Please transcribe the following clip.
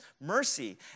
mercy